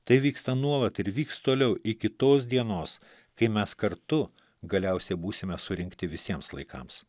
tai vyksta nuolat ir vyks toliau iki tos dienos kai mes kartu galiausiai būsime surinkti visiems laikams